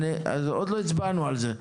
עוד לא הצבענו על זה.